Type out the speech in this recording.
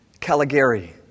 Caligari